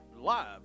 live